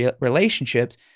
relationships